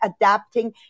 adapting